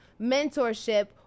mentorship